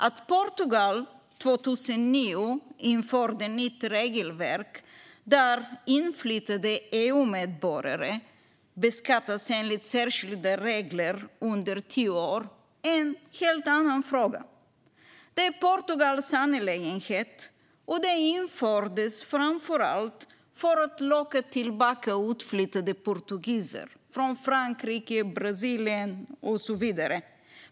Att Portugal 2009 införde ett nytt regelverk där inflyttade EU-medborgare beskattas enligt särskilda regler under tio år är en helt annan fråga. Det är Portugals angelägenhet, och det infördes framför allt för att locka tillbaka utflyttade portugiser från bland annat Frankrike och Brasilien.